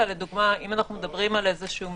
אם אנחנו מדברים על מבנה,